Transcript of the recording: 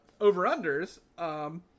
over-unders